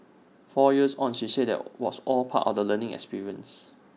four years on she said that was all part of the learning experience